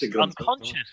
unconscious